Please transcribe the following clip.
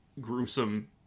gruesome